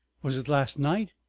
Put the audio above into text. was it last night?